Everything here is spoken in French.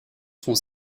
sont